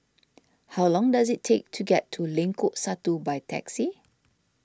how long does it take to get to Lengkok Satu by taxi